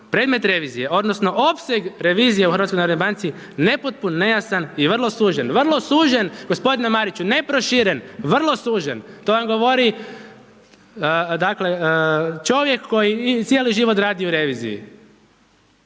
predmet revizije odnosno opseg revizije u HNB nepotpun, nejasan i vrlo sužen, vrlo sužen gospodine Mariću, ne proširen, vrlo sužen, to vam govori dakle čovjek koji cijeli život radi u reviziji.